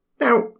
Now